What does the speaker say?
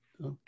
Okay